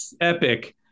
epic